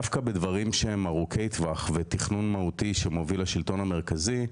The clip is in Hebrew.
דווקא בדברים שהם ארוכי טווח ותכנון מהותי שמוביל לשלטון המרכזי,